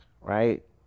right